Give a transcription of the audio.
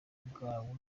bwawe